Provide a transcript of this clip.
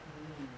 mm